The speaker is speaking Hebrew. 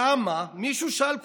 למה, מישהו שאל?